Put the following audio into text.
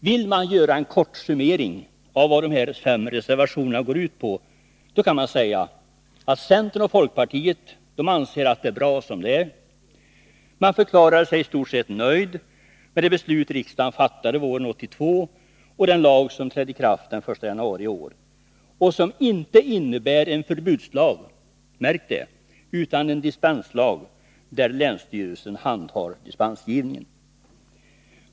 Vill man göra en kort summering av vad de fem reservationerna går ut på kan man säga att centern och folkpartiet anser att det är bra som det är. Man förklarar sig i stort sett nöjd med det beslut riksdagen fattade våren 1982 och den lag som trädde i kraft den 1 januari i år, som inte innebär en förbudslag — märk det! — utan en dispenslag, där länsstyrelsen handhar dispensgivningen.